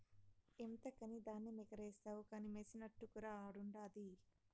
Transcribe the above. ఎంతకని ధాన్యమెగారేస్తావు కానీ మెసినట్టుకురా ఆడుండాది